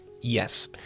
Yes